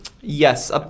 Yes